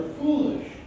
foolish